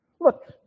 Look